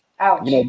Ouch